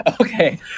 Okay